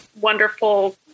wonderful